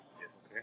yes